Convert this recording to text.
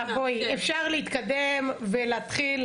אפשר להתקדם ולהתחיל